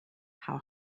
how